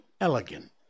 elegant